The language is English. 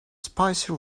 spicy